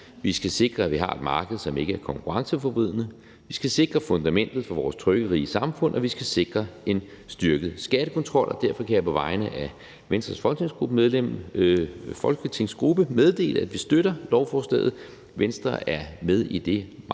Vi skal sikre, at vi har et marked, som ikke er konkurrenceforvridende. Vi skal sikre fundamentet for vores trygge, rige samfund, og vi skal sikre en styrket skattekontrol. Derfor kan jeg på vegne af Venstres folketingsgruppe meddele, at vi støtter lovforslaget. Venstre er med i det meget